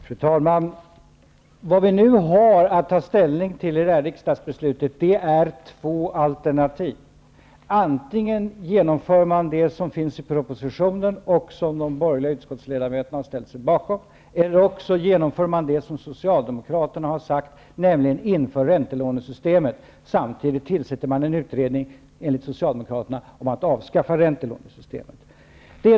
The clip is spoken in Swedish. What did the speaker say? Fru talman! Vad vi nu har att ta ställning till i riksdagsbeslutet är två alternativ: antingen genomför man det som föreslås i propositionen, som de borgerliga utskottsledamöterna har ställt sig bakom, eller också genomför man det som Socialdemokraterna har föreslagit, nämligen att införa räntelånesystemet. Samtidigt tillsätter man, enligt Socialdemokraterna, en utredning för att avskaffa räntelånesystemet.